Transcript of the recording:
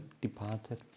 departed